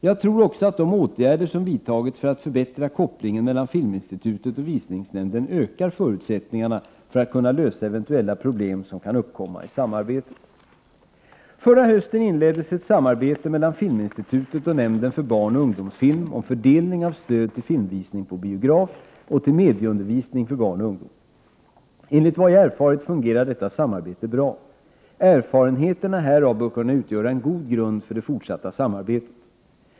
Jag tror också att de åtgärder som vidtagits för att förbättra kopplingen mellan Filminstitutet och Visningsnämnden ökar förutsättningarna för att kunna lösa eventuella 115 problem som kan uppkomma i samarbetet. Förra hösten inleddes ett samarbete mellan Filminstitutet och Nämnden för barnoch ungdomsfilm om fördelning av stöd till filmvisning på biograf och till medieundervisning för barn och ungdom. Enligt vad jag erfarit fungerar detta samarbete bra. Erfarenheterna härav bör kunna utgöra en god grund för det fortsatta samarbetet.